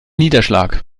niederschlag